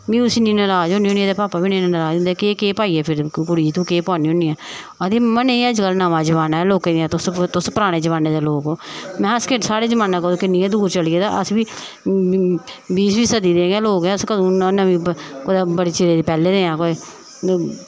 में निं उसी इन्नी नराज होन्नी आं ते पापा बी नराज होंदे केह् केह् पाइयै फिरदी तूं कुड़ी केह् पान्नी होन्नी ऐ आखदी मम्मा नेईं अज्जकल नमां जमान्ना ऐ लोकें दियां तुस पराने जमान्ने दे लोक ओ महां अस केह् साढ़ा जमान्ना किन्नी गै दूर चली गेदा अस बी बीसवीं सदी गै लोक ऐ अस कुतै बड़े चिरे दे पैह्लें दे आं